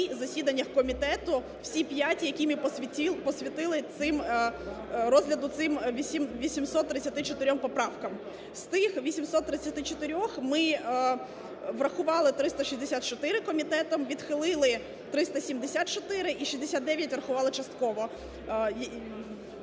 засіданнях комітету, всі п'ять, які ми посвятили розгляду цих 834 поправкам. З цих 834 ми врахували 364 комітетом, відхилили 374 і 69 врахували частково,